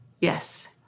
Yes